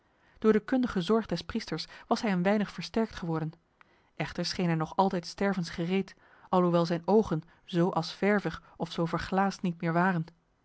door de kundige zorg des priesters was hij een weinig versterkt geworden echter scheen hij nog altijd stervensgereed alhoewel zijn ogen zo asvervig of zo verglaasd niet meer waren